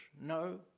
no